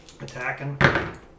Attacking